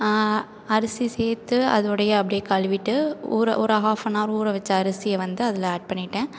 அரிசி சேர்த்து அதோடையே அப்படே கழுவிட்டு ஒரு ஒரு ஹாஃப் அண்ட் ஹவர் ஊற வச்ச அரிசியை வந்து அதில் ஆட் பண்ணிட்டேன்